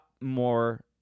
more